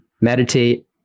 Meditate